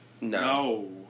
No